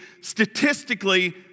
statistically